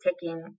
taking